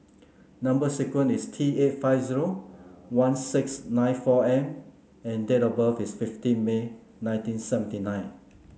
number sequence is T eight five zero one six nine four M and date of birth is fifteen May nineteen seventy nine